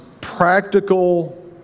practical